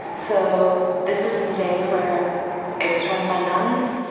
so this was in the day where it was run by nuns,